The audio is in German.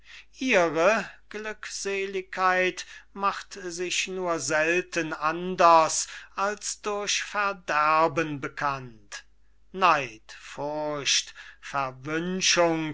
sind ihre glückseligkeit macht sich nur selten anders als durch verderben bekannt neid furcht